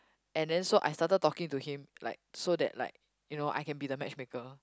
and then so I started talking to him like so that like you know I can be the match maker